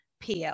PL